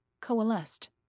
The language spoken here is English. coalesced